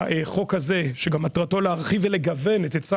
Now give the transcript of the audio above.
החוק הזה שגם מטרתו להרחיב ולגוון את היצע